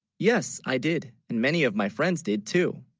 yes i did and many of my friends did too